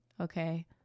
okay